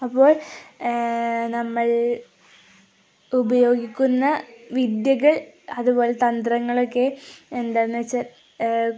അപ്പോൾ നമ്മൾ ഉപയോഗിക്കുന്ന വിദ്യകൾ അതുപോലെ തന്ത്രങ്ങളൊക്കെ എന്താണെന്നുവച്ചാല്